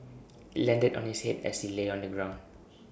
IT landed on his Head as he lay on the ground